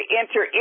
enter